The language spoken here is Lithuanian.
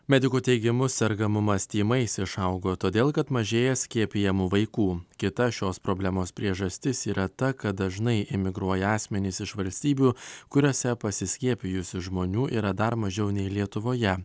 medikų teigimu sergamumas tymais išaugo todėl kad mažėja skiepijamų vaikų kita šios problemos priežastis yra ta kad dažnai emigruoja asmenys iš valstybių kuriose pasiskiepijusių žmonių yra dar mažiau nei lietuvoje